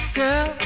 girl